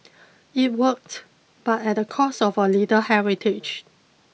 it worked but at the cost of a little heritage